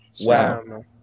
Wow